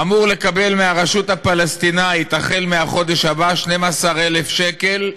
אמור לקבל מהרשות הפלסטינית מהחודש הבא 12,000 שקל,